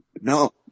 No